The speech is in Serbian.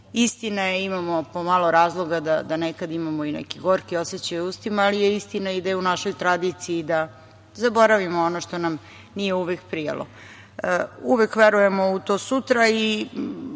istina je, imamo po malo razloga da nekad imamo neki gorki osećaj u ustima, ali je i istina da je u našoj tradiciji da zaboravimo ono što nam uvek nije prijalo. Uvek verujemo u to sutra i